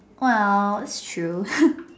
well it's true